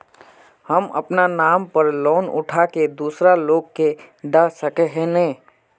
हम अपना नाम पर लोन उठा के दूसरा लोग के दा सके है ने